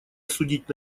осудить